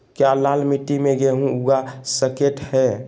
क्या लाल मिट्टी में गेंहु उगा स्केट है?